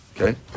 okay